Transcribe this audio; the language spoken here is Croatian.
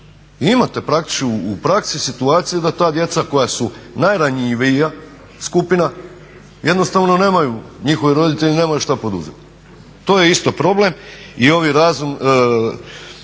I imate u praksi situacije da ta djeca koja su najranjivija skupina jednostavno nemaju, njihovi roditelji nemaju šta poduzet. To je isto problem. Neplaćanje